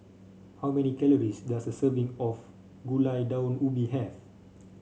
how many calories does a serving of Gulai Daun Ubi have